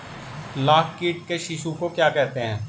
लाख कीट के शिशु को क्या कहते हैं?